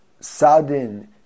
Sadin